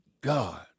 God